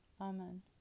Amen